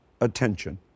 attention